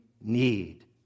need